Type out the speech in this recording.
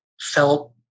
felt